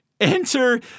Enter